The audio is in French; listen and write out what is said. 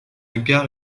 gare